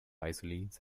isolines